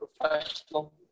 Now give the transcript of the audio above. professional